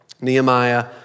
Nehemiah